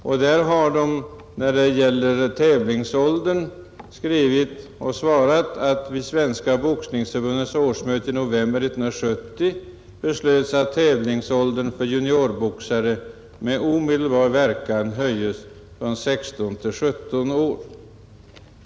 Herr talman! Det är möjligt att Riksidrottsförbundet inte har svarat på brev från herr Sjöholm, men man har i stället svarat på brev från utskottet. Man har sålunda meddelat att det vid Boxningsförbundets årsmöte 1970 beslöts att tävlingsåldern för juniorboxare med omedelbar verkan skulle höjas från 16 till 17 år.